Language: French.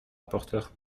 rapporteur